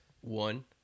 One